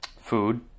Food